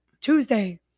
Tuesday